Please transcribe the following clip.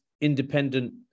independent